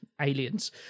Aliens